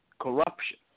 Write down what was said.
corruption